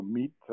meet